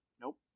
Nope